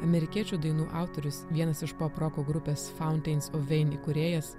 amerikiečių dainų autorius vienas iš poproko grupės fountains of wayne įkūrėjas